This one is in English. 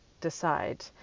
decide